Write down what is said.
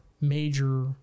major